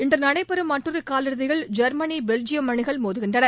இன்று நடைபெறும் மற்றொரு காலிறுதியில் ஜெர்மனி பெல்ஜியம் அணிகள் மோதுகின்றன